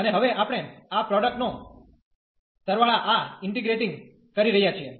અને હવે આપણે આ પ્રોડ્કટ નો સરવાળા આ ઇન્ટીગ્રેટીંગ કરી રહ્યા છીએ